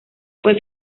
fue